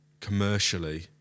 commercially